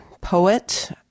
Poet